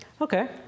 Okay